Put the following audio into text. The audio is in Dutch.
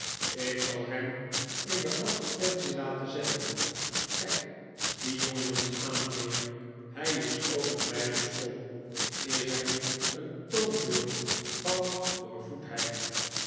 ik zal hem in de advertentie laten zetten kijk dien jongen eens aan mijnheer hij is ook bij mij op school is hij niet een toonbeeld van